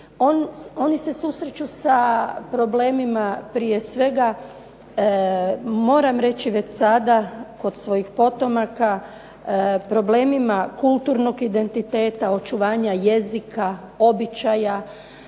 oni se susreću sa problemima prije svega moram reći već sada kod svojih potomaka, problemima kulturnog identiteta, očuvanja jezika, običaja.